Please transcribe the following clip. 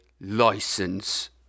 License